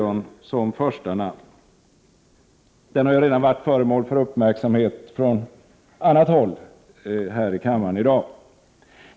1988/89:59 Leijon som första namn. Den har redan varit föremål för uppmärksamhet på 1 februari 1989 annat håll här i kammaren i dag.